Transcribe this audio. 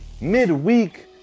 midweek